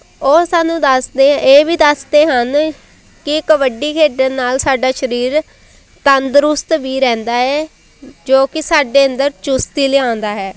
ਉਹ ਸਾਨੂੰ ਦੱਸਦੇ ਇਹ ਵੀ ਦੱਸਦੇ ਹਨ ਕਿ ਕਬੱਡੀ ਖੇਡਣ ਨਾਲ ਸਾਡਾ ਸਰੀਰ ਤੰਦਰੁਸਤ ਵੀ ਰਹਿੰਦਾ ਹੈ ਜੋ ਕਿ ਸਾਡੇ ਅੰਦਰ ਚੁਸਤੀ ਲਿਆਉਂਦਾ ਹੈ